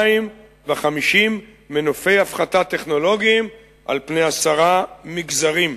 250 מנופי הפחתה טכנולוגיים על פני עשרה מגזרים.